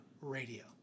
radio